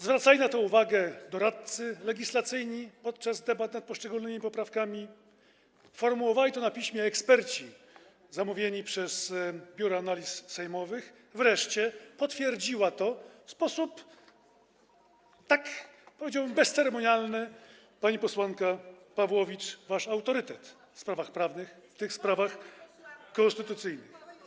Zwracali na to uwagę doradcy legislacyjni podczas debat nad poszczególnymi poprawkami, formułowali to na piśmie eksperci zamówieni przez Biuro Analiz Sejmowych, wreszcie potwierdziła to w sposób, powiedziałbym, bezceremonialny pani posłanka Pawłowicz, wasz autorytet w sprawach prawnych, w sprawach konstytucyjnych.